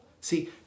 See